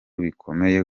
bikomeye